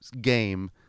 game